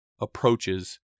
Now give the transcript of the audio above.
approaches